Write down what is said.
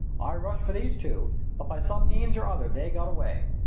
i rushed for these two, but by some means or other they got away.